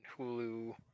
Hulu